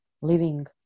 living